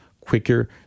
quicker